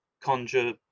Conjure